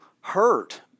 hurt